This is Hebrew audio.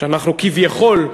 שאנחנו כביכול,